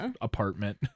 apartment